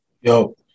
Yo